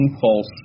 false